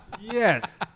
Yes